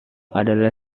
adalah